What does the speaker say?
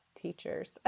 teachers